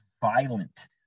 violent